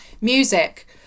Music